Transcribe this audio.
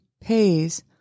pays